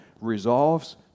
resolves